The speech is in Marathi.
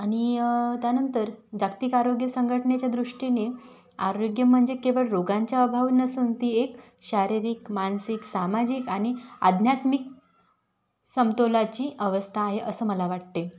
आणि त्यानंतर जागतिक आरोग्य संघटनेच्या दृष्टीने आरोग्य म्हणजे केवळ रोगांचा अभाव नसून ती एक शारीरिक मानसिक सामाजिक आणि अध्यात्मिक समतोलाची अवस्था आहे असं मला वाटते